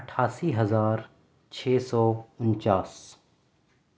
اٹھاسی ہزار چھ سو انچاس